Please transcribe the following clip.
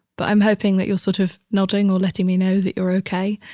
but i'm hoping that you're sort of nodding or letting me know that you're okay.